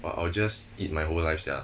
!wah! I will just eat my whole life sia